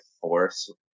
force